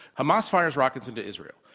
hamas fires rockets into israel,